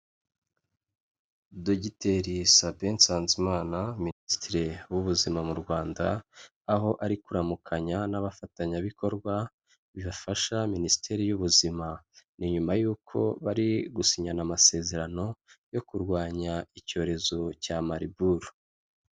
Dogiteri Sabin Nsanzimana ministire w'ubuzima mu Rwanda aho ari kuramukanya n'abafatanyabikorwa bibafasha minisiteri y'ubuzima ni nyuma y'uko bari gusinyana amasezerano yo kurwanya icyorezo cya mariburu.